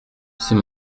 c’est